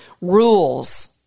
rules